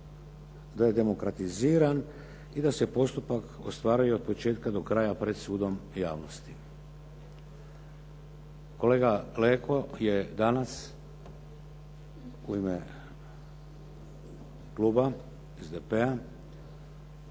da je demokratiziran i da se postupak ostvaruje od početka do kraja pred sudom javnosti. Kolega Leko je danas u ime kluba SDP-a